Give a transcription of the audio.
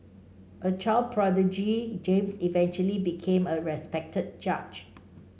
a child prodigy James eventually became a respected judge